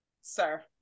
sir